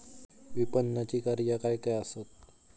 विपणनाची कार्या काय काय आसत?